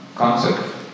concept